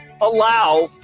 allow